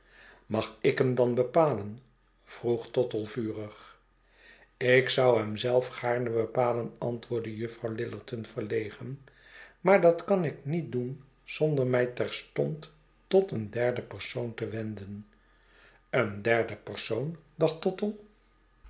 mag ik hem dan bepalen vroeg tottle vurig ik zou hem zelf gaarne bepalen antwoordde juffrouw lillerton verlegen maar dat kan ik niet doen zonder mij terstond tot een derden persoon te wenden een derden persoon dacht tottle